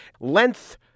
length